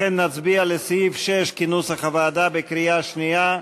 לכן נצביע על סעיף 6 כנוסח הוועדה בקריאה שנייה.